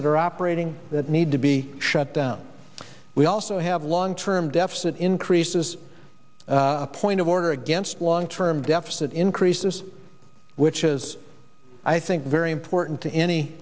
that are operating that need to be shut down we also have long term deficit increases a point of order against long term deficit increases which is i think very important to any